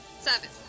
Seven